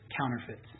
counterfeits